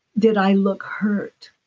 did i look hurt?